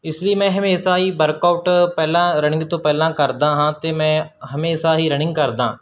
ਇਸ ਲਈ ਮੈਂ ਹਮੇਸ਼ਾ ਹੀ ਵਰਕ ਆਊਟ ਪਹਿਲਾਂ ਰਨਿੰਗ ਤੋਂ ਪਹਿਲਾਂ ਕਰਦਾ ਹਾਂ ਅਤੇ ਮੈਂ ਹਮੇਸ਼ਾ ਹੀ ਰਨਿੰਗ ਕਰਦਾ